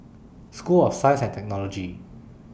School of Science and Technology